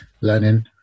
learning